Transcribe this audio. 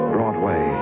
Broadway